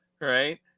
right